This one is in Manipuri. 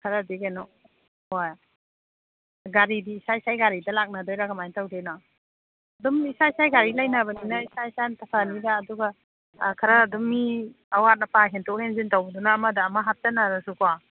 ꯈꯔꯗꯤ ꯀꯩꯅꯣ ꯍꯣꯏ ꯒꯥꯔꯤꯗꯤ ꯏꯁꯥ ꯏꯁꯥꯒꯤ ꯒꯥꯔꯤꯗ ꯂꯥꯛꯅꯗꯣꯏꯔꯥ ꯀꯃꯥꯏꯅ ꯇꯧꯗꯣꯏꯅꯣ ꯑꯗꯨꯝ ꯏꯁꯥ ꯏꯁꯥꯒꯤ ꯒꯥꯔꯤ ꯂꯩꯅꯕꯅꯤꯅ ꯏꯁꯥ ꯏꯁꯥꯅ ꯐꯅꯤꯗ ꯑꯗꯨꯒ ꯑꯥ ꯈꯔ ꯑꯗꯨꯝ ꯃꯤ ꯑꯋꯥꯠ ꯑꯄꯥ ꯍꯦꯟꯇꯣꯛ ꯍꯦꯟꯖꯤꯟ ꯇꯧꯕꯗꯨꯅ ꯑꯃꯗ ꯑꯃ ꯍꯥꯞꯆꯤꯟꯅꯔꯁꯨꯀꯣ